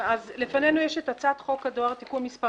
אז לפנינו יש את הצעת חוק הדואר (תיקון מס'